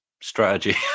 strategy